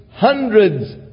Hundreds